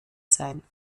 sein